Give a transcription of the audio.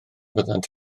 fyddant